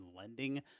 lending